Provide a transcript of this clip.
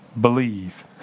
believe